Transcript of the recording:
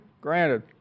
granted